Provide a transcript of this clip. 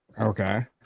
Okay